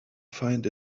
find